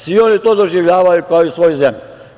Svi oni to doživljavaju kao svoju zemlju.